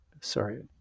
sorry